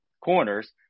corners